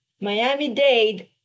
Miami-Dade